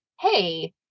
hey